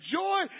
joy